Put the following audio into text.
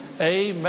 amen